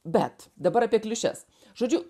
bet dabar apie klišes žodžiu